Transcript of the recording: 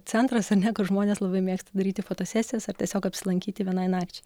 centras ar ne kur žmonės labai mėgsta daryti fotosesijas ar tiesiog apsilankyti vienai nakčiai